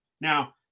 Now